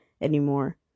anymore